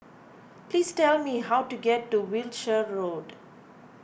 please tell me how to get to Wiltshire Road